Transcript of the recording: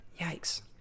Yikes